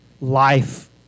life